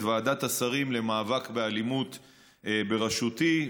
את ועדת השרים למאבק באלימות בראשותי.